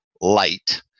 light